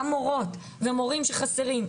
גם מורות ומורים שחסרים,